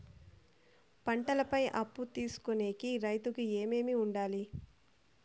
పంటల పై అప్పు తీసుకొనేకి రైతుకు ఏమేమి వుండాలి?